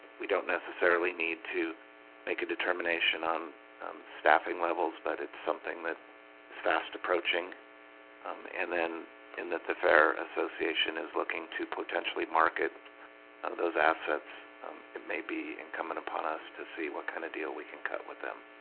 we don't necessarily need to make a determination on staffing levels, but it's something that is fast approaching and then in that the fair association is looking to potentially market those assets it may be incumbent upon us to see what kind of deal we can cut with them